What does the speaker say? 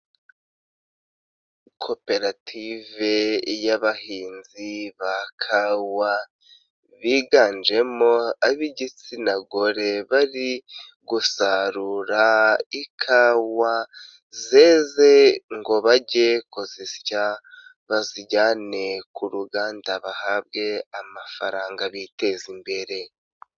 Koperative y'abahinzi ba kawa biganjemo ab'igitsina gore, bari gusarura ikawa zeze ngo bajye kuzisya, bazijyane ku ruganda bahabwe amafaranga biteze imbere.